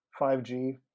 5G